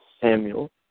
Samuel